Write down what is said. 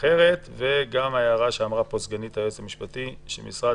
גם ההערה שאמרה סגנית היועץ המשפטי של משרד